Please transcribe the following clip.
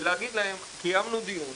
ולהגיד להם שקיימנו דיון: